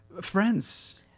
friends